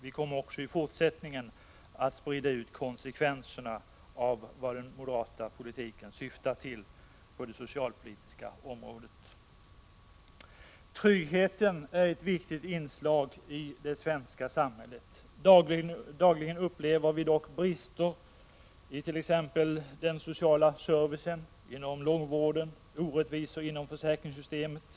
Vi kommer också i fortsättningen att sprida information om konsekvenserna av den moderata politiken på det socialpolitiska området och om vad den syftar till. Tryggheten är ett viktigt inslag i det svenska samhället. Dagligen upplever vi dock brister i den sociala servicen, t.ex. inom långvården, och orättvisor inom försäkringssystemet.